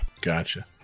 gotcha